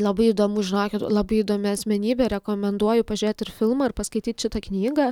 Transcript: labai įdomu žinokit labai įdomi asmenybė rekomenduoju pažiūrėt ir filmą ir paskaityt šitą knygą